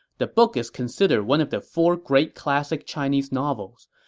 the book is considered one of the four great classic chinese novels.